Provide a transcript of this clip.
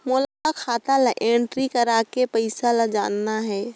मोला खाता ला एंट्री करेके पइसा ला जान हे?